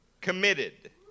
committed